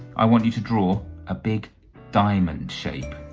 i want you to draw a big diamond shape